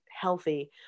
healthy